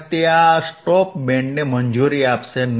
તે આ સ્ટોપ બેન્ડને મંજૂરી આપશે નહીં